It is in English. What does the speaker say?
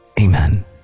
Amen